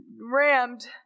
rammed